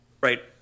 right